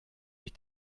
plus